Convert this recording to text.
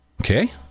Okay